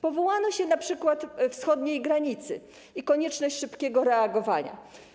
Powołano się na przykład wschodniej granicy i konieczność szybkiego reagowania.